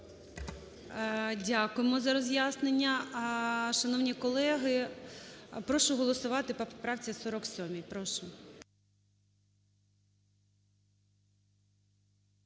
Дякуємо за роз'яснення. Шановні колеги, прошу голосувати по поправці 47, прошу.